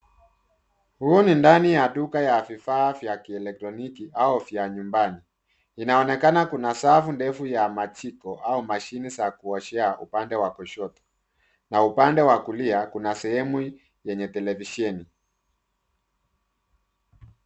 Huu ni ndani ya duka ya vifaa vya kielektroniki au vya nyumbani inaonekana kuna safu ndefu ya majiko au mashine za kuoshea upande wa kushoto na upande wa kulia kuna sehemu yenye televisheni.